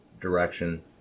direction